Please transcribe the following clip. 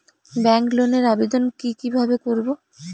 Bank লোনের আবেদন কি কিভাবে করব?